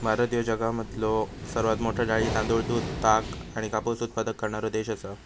भारत ह्यो जगामधलो सर्वात मोठा डाळी, तांदूळ, दूध, ताग आणि कापूस उत्पादक करणारो देश आसा